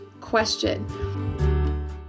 question